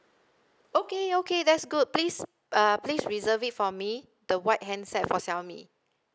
okay okay that's good please uh please reserve it for me the white handset for xiaomi